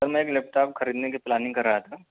سر میں ایک laptop خریدنے کی پلاننگ کر رہا تھا